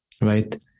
Right